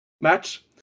match